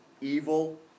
evil